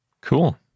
Cool